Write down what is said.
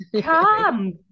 come